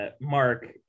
Mark